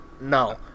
no